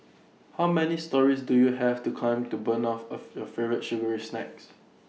how many storeys do you have to climb to burn off of your favourite sugary snacks